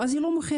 ואז היא לא מוכרת,